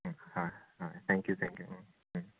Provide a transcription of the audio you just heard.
ꯎꯝ ꯍꯣꯏ ꯑꯥ thank you thank you um um